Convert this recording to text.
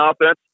offense